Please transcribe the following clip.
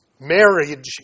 Marriage